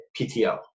PTO